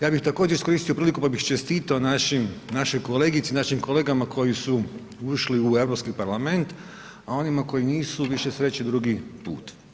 Ja bih također iskoristio priliku pa bih čestitao našoj kolegici, našim kolegama koji su ušli u Europski parlament a onima koji nisu, više sreće drugi put.